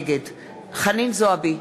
נגד חנין זועבי,